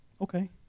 okay